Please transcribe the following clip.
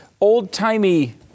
old-timey